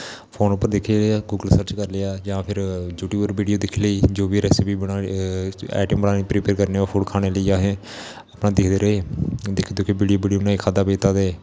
phone उपर दिक्खयै search करी लेआ जां फिर यूट्यूब उपर बिडियू दिक्खी लेई जो बी रैस्पी बनानी आइटम प्रीपेयर करनी होऐ खाने लेई आसे अपना दिक्खदे रेह् दिक्खी दिक्खी बिडियू बनाई खाद्धा पीता ते